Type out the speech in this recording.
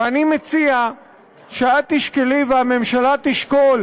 ואני מציע שאת תשקלי והממשלה תשקול